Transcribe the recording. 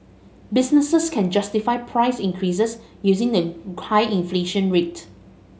businesses can justify price increases using the high inflation rate